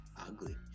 ugly